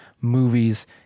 movies